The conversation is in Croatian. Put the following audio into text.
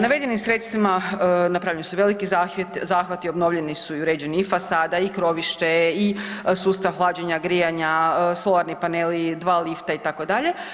Navedenim sredstvima napravljeni su veliki zahvati, obnovljeni su i uređeni i fasada i krovište i sustav hlađenja grijanja, solarni paneli, dva lifta, itd.